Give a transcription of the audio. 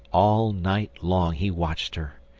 all night long he watched her,